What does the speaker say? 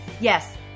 yes